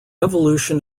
evolution